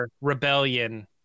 rebellion